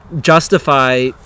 justify